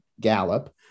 Gallup